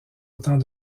autant